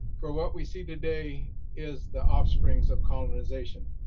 for what we see today is the offsprings of colonization,